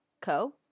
co